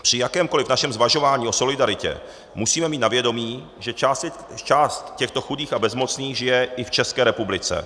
Při jakémkoli našem zvažování o solidaritě musíme mít na vědomí, že část těchto chudých a bezmocných žije i v České republice.